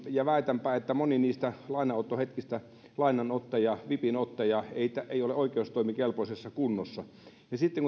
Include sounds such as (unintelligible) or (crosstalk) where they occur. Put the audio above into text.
ja väitänpä että niissä lainanottohetkissä moni lainanottaja vipinottaja ei ei ole oikeustoimikelpoisessa kunnossa ja sitten (unintelligible)